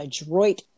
adroit